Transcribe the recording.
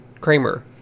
Kramer